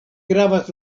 gravas